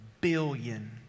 billion